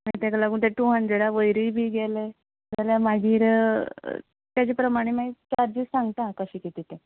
मागीर ताका लागून ते टू हंड्रेडा वयरय गेले जाल्यार मागीर ताचे प्रमाणे मागीर चार्जीस सांगता कशें कितें ते